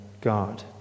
God